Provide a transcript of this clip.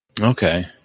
Okay